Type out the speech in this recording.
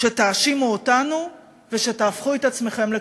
שתאשימו אותנו ושתהפכו את עצמכם לקורבנות.